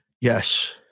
Yes